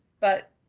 but,